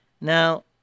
Now